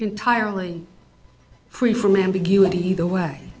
entirely free from ambiguity either way